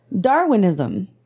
Darwinism